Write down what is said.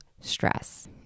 stress